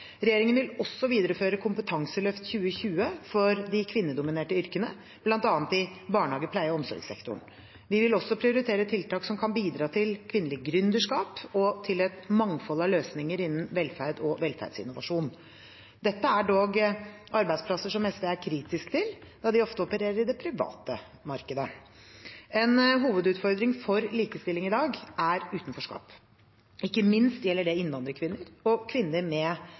Regjeringen vil også videreføre Kompetanseløft 2020 for de kvinnedominerte yrkene, bl.a. i barnehage-, pleie- og omsorgssektoren. Vi vil også prioritere tiltak som kan bidra til kvinnelig gründerskap og til et mangfold av løsninger innen velferd og velferdsinnovasjon. Dette er dog arbeidsplasser som SV er kritisk til, da de ofte opererer i det private markedet. En hovedutfordring for likestilling i dag er utenforskap. Ikke minst gjelder det innvandrerkvinner og kvinner